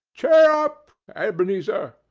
chirrup, ebenezer!